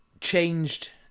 changed